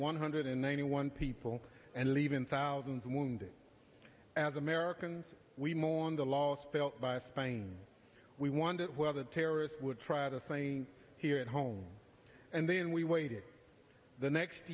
one hundred and ninety one people and leaving thousands wounded as americans we mourn the loss felt by spain we wondered whether terrorists would try the same here at home and then we waited the next